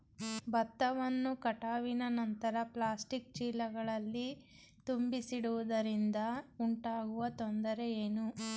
ಭತ್ತವನ್ನು ಕಟಾವಿನ ನಂತರ ಪ್ಲಾಸ್ಟಿಕ್ ಚೀಲಗಳಲ್ಲಿ ತುಂಬಿಸಿಡುವುದರಿಂದ ಉಂಟಾಗುವ ತೊಂದರೆ ಏನು?